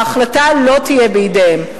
ההחלטה לא תהיה בידיהם.